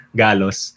galos